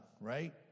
right